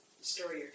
story